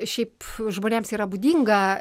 šiaip žmonėms yra būdinga